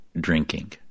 drinking